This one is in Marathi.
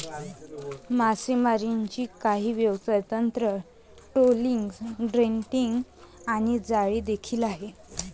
मासेमारीची काही व्यवसाय तंत्र, ट्रोलिंग, ड्रॅगिंग आणि जाळी देखील आहे